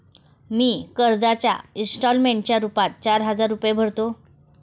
मी कर्जाच्या इंस्टॉलमेंटच्या रूपात चार हजार रुपये भरतो